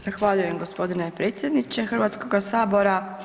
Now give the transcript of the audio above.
Zahvaljujem gospodine predsjedniče Hrvatskoga sabora.